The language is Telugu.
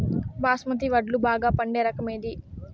బాస్మతి వడ్లు బాగా పండే రకం ఏది